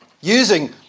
using